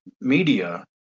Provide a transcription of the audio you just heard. media